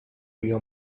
your